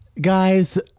guys